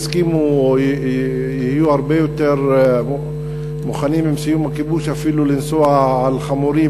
יסכימו או יהיו הרבה יותר מוכנים עם סיום הכיבוש אפילו לנסוע על חמורים,